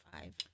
five